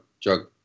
drug